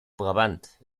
brabant